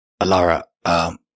Alara